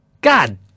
god